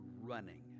running